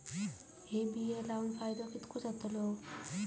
हे बिये लाऊन फायदो कितको जातलो?